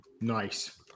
Nice